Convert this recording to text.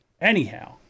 Anyhow